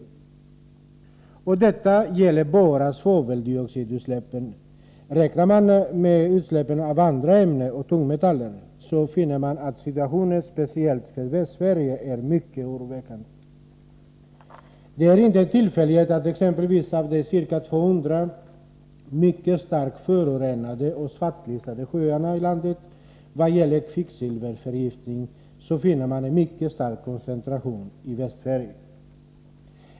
De siffror jag här nämnt gäller enbart svaveldioxidutsläppen. Om man beaktar utsläppen av tungmetaller och andra ämnen, finner man att situationen är mycket oroväckande speciellt för Västsverige. Det är inte en tillfällighet att exempelvis de ca 200 mycket starkt förorenade sjöar som svartlistats på grund av kvicksilverförgiftning är starkt koncentrerade till Västsverige.